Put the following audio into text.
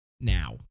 now